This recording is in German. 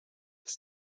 das